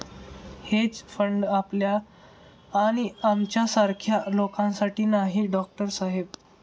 hedge fund आपल्या आणि आमच्यासारख्या लोकांसाठी नाही, डॉक्टर साहेब